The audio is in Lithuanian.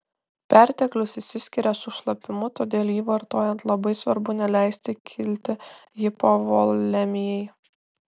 perteklius išsiskiria su šlapimu todėl jį vartojant labai svarbu neleisti kilti hipovolemijai